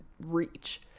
reach